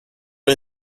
les